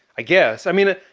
i guess. i mean,